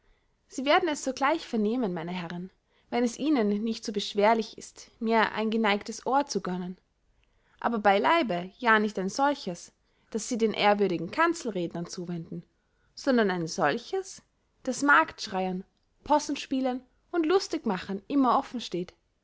sie werden es sogleich vernehmen meine herren wenn es ihnen nicht zu beschwerlich ist mir ein geneigtes ohr zu gönnen aber bey leibe ja nicht ein solches das sie den ehrwürdigen kanzelrednern zuwenden sondern ein solches das marktschreyern possenspielern und lustigmachern immer offen steht